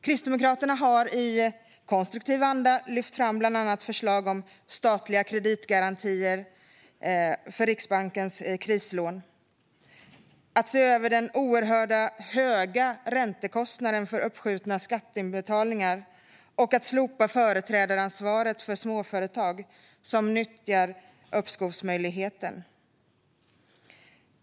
Kristdemokraterna har i konstruktiv anda lyft fram förslag om bland annat statliga kreditgarantier för Riksbankens krislån, en översyn av den oerhört höga räntekostnaden för uppskjutna skatteinbetalningar och slopat företrädaransvar för småföretag som nyttjar uppskovsmöjligheten. Fru talman!